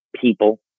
people